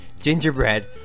Gingerbread